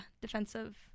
defensive